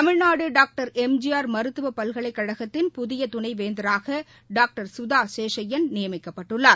Tamil Nadu doctor MGR மருத்துவ பல்கலைக்கழகத்தின் புதிய துணைவேந்தராக டாக்டர் சுதா சேஷய்யன் நியமிக்கப்பட்டுள்ளார்